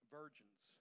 virgins